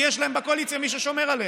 כי יש להם בקואליציה מי ששומר עליהם.